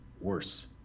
worse